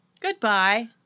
Goodbye